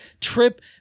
trip